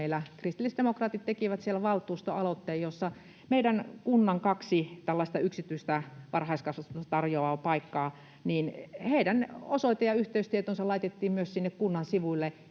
meillä kristillisdemokraatit tekivät valtuustoaloitteen, jossa meidän kuntamme kahden tällaisen yksityistä varhaiskasvatusta tarjoavan paikan osoite‑ ja yhteystiedot laitettiin myös kunnan sivuille ihan sen